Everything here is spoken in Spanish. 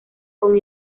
con